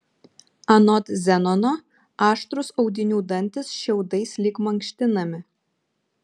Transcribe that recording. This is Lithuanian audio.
anot zenono aštrūs audinių dantys šiaudais lyg mankštinami